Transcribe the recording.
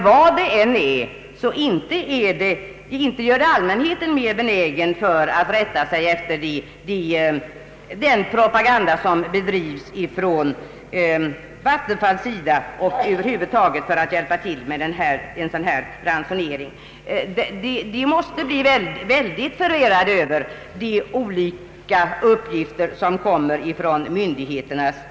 Men inte gör detta allmänheten mera benägen att rätta sig efter den propaganda som bedrivs från Vattenfall eller att över huvud taget hjälpa till med en sådan här ransonering. Människorna måste bli väldigt förvirrade över de olika uppgifter som kommer från myndigheterna.